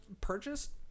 purchased